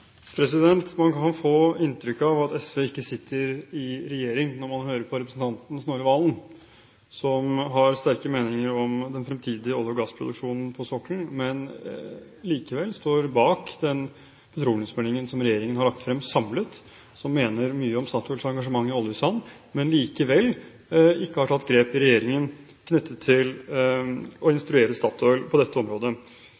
Man kan få inntrykk av at SV ikke sitter i regjering når man hører på representanten Snorre Serigstad Valen, som har sterke meninger om den fremtidige olje- og gassproduksjonen på sokkelen, men som likevel står bak den petroleumsmeldingen som regjeringen har lagt frem, og som mener mye om Statoils engasjement i oljesand, men likevel ikke har tatt grep i regjeringen knyttet til å